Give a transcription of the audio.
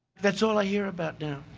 that's all i hear about now.